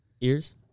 Ears